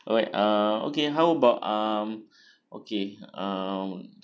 alright uh okay how about um okay um